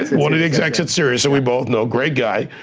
one of the execs at sirius, and we both know, great guy,